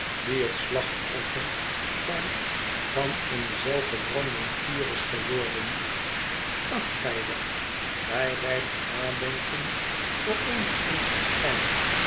die het slachtoffer van van een zelfverbrandend vuur is geworden acht gij het bij rijper nadenken voor